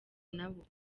nabo